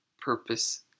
purpose